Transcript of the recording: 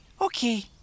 okay